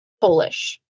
Polish